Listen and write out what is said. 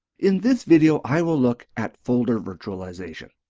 in this video i will look at folder virtualization.